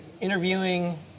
interviewing